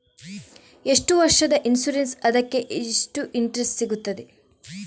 ಎಷ್ಟು ವರ್ಷದ ಇನ್ಸೂರೆನ್ಸ್ ಅದಕ್ಕೆ ಎಷ್ಟು ಇಂಟ್ರೆಸ್ಟ್ ಸಿಗುತ್ತದೆ?